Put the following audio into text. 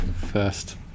first